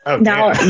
Now